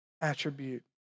attribute